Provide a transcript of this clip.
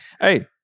Hey